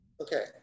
okay